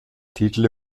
titel